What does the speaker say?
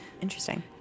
Interesting